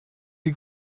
die